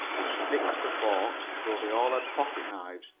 with sticks for forks, though they all had pocket-knives,